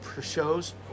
shows